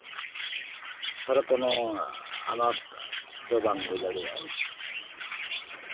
ᱛᱟᱦᱚᱞᱮ ᱠᱳᱱᱳ ᱟᱱᱟᱴ ᱫᱚ ᱵᱟᱝ ᱦᱩᱭ ᱫᱟᱲᱮᱭᱟᱜᱼᱟ